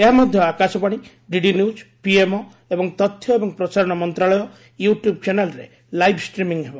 ଏହା ମଧ୍ୟ Akashvani DD news PMO ଏବଂ ତଥ୍ୟ ଏବଂ ପ୍ରସାରଣ ମନ୍ତ୍ରଣାଳୟ ୟୁଟ୍ୟୁବ୍ ଚ୍ୟାନେଲ୍ରେ ଲାଇବ୍ ଷ୍ଟ୍ରିମି ହେବ